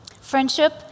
Friendship